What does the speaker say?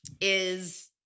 is-